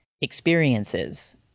experiences